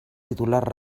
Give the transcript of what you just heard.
titular